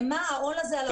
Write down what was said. למה העול הזה על העוסקים?